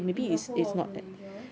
in the whole of malaysia